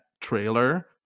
trailer